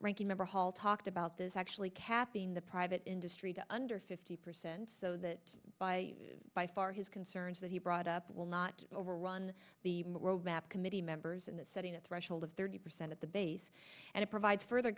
ranking member hall talked about this actually capping the private industry to under fifty percent so that by by far his concerns that he brought up will not overrun the roadmap committee members in that setting the threshold of thirty percent of the base and it provides further